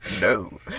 No